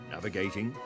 Navigating